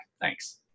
Thanks